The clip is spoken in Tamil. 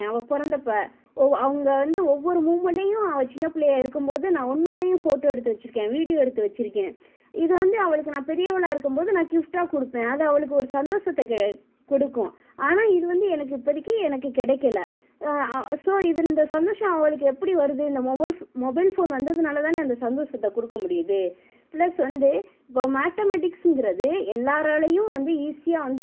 அவள் பிறந்தப்ப ஒவ் அவங்க வந்து ஒவ்வொரு மூமண்டையும் அவள் சின்ன பிள்ளையா இருக்கும் போது நான் ஒன்னொன்னையும் ஃபோட்டோ எடுத்து வெச்சுருக்கேன் வீடியோ எடுத்து வெச்சுருக்கேன் இது வந்து அவளுக்கு நான் பெரியவளாக இருக்கும் போது நான் கிஃப்ட்டாக கொடுப்பேன் அது அவளுக்கு ஒரு சந்தோஷத்தை கே கொடுக்கும் ஆனால் இது வந்து எனக்கு இப்போதிக்கி எனக்கு கிடைக்கல அ ஸோ இது இந்த சந்தோசம் அவளுக்கு எப்படி வருது இந்த மொமைல் ஃப் மொபைல் ஃபோன் வந்ததுனால் தானே அந்த சந்தோஷத்தை கொடுக்க முடியுது ப்ளஸ் வந்து இப்போது மேத்தமெட்டிக்ஸுங்கிறது எல்லோராலையும் வந்து ஈஸியாக வந்து